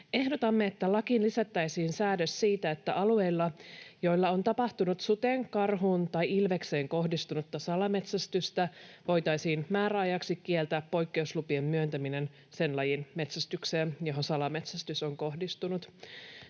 Ehdotamme, että lakiin lisättäisiin säädös siitä, että alueilla, joilla on tapahtunut suteen, karhuun tai ilvekseen kohdistunutta salametsästystä, voitaisiin määräajaksi kieltää poikkeuslupien myöntäminen sen lajin metsästykseen, johon salametsästys on kohdistunut.